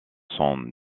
son